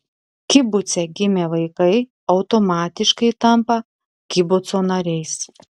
kibuce gimę vaikai automatiškai tampa kibuco nariais